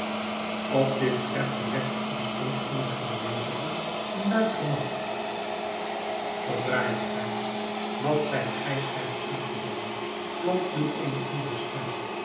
op dit scherp gezegde ontstond onder de aanwezigen een luid gelach verdraaid gijs wat zijt gij scherp uitgevallen klonk nu eene andere stem